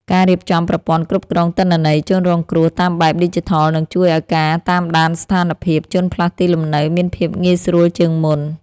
ការរៀបចំប្រព័ន្ធគ្រប់គ្រងទិន្នន័យជនរងគ្រោះតាមបែបឌីជីថលនឹងជួយឱ្យការតាមដានស្ថានភាពជនផ្លាស់ទីលំនៅមានភាពងាយស្រួលជាងមុន។